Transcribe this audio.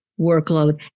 workload